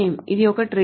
ఇది ఒక ట్రిగ్గర్